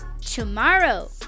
Tomorrow